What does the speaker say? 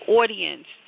audience